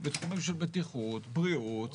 את כל מה שעשיתם בכשרות, תעשו כאן.